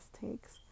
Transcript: takes